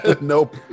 Nope